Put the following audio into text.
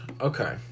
Okay